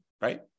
Right